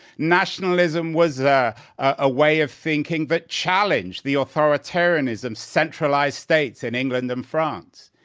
nationalism was a ah way of thinking that challenged the authoritarianism, centralized states in england and france.